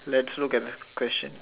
let's look at the question